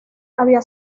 había